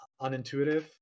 unintuitive